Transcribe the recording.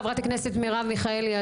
חברת הכנסת מירב מיכאלי,